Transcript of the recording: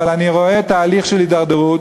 אבל אני רואה תהליך של הידרדרות,